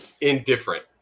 Indifferent